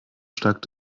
stark